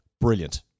Brilliant